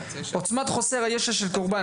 "עוצמת חוסר הישע של קורבן,